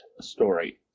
story